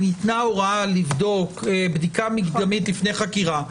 ניתנה הוראה לבדוק בדיקה מקדמית לפני חקירה,